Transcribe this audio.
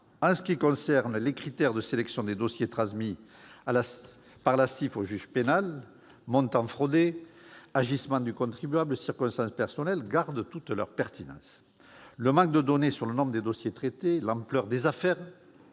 s'agissant des critères de sélection des dossiers transmis par la CIF au juge pénal- montant concerné par la fraude, agissements du contribuable, circonstances personnelles -gardent toute leur pertinence. Le manque de données sur le nombre de dossiers traités, l'ampleur des affaires